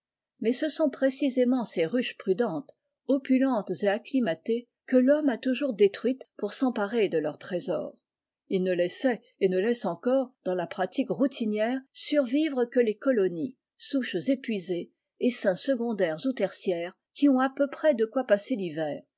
mais ce sont précisément ces ruches prudentes opulentes et acclimatées que rhomme a toujours détruites pour s'emparer de leur trésor il ne laissait et ne laisse encore dans la pratique routinière survivre que les colonies souches épuisées essaims secondaires ou tertiaires qui ont à peu près de quoi passer thiver